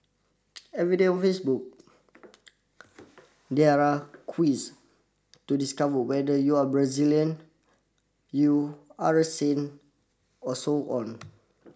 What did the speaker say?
every day on Facebook there are quiz to discover whether you are Brazilian you are a saint or so on